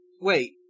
Wait